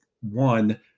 one